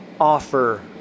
offer